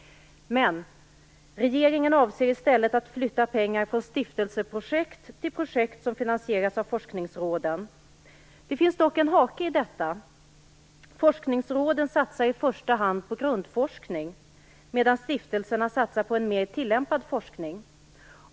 Regeringen avser i stället att flytta pengar från stiftelseprojekt till projekt som finansieras av forskningsråden. Det finns dock en hake i detta. Forskningsråden satsar i första hand på grundforskning, medan stiftelserna satsar på en mer tillämpad forskning.